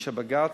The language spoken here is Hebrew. הגישה בג"ץ.